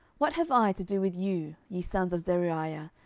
what have i to do with you, ye sons of zeruiah,